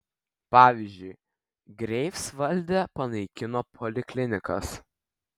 pavyzdžiui greifsvalde panaikino poliklinikas